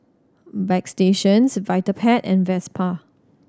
Bagstationz Vitapet and Vespa